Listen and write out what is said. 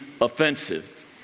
offensive